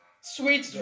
Sweet